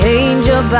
angel